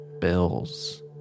bills